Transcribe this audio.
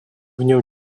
нем